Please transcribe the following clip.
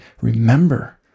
remember